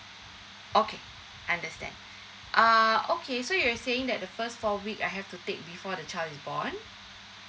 okay understand uh okay so you were saying that the first four week I have to take the child is born